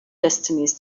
destinies